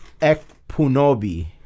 Ekpunobi